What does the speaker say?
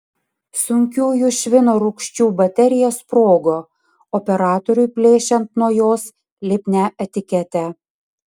sunkiųjų švino rūgščių baterija sprogo operatoriui plėšiant nuo jos lipnią etiketę